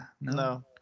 No